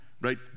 right